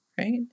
Right